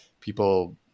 people